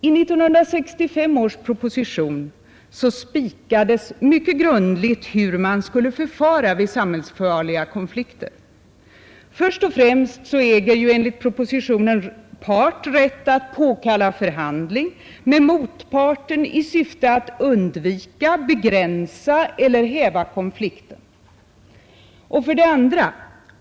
I 1965 års proposition spikades mycket grundligt hur man skulle förfara vid samhällsfarliga konflikter. Först och främst äger part rätt påkalla förhandling med motparten i syfte att undvika, begränsa eller häva konflikten.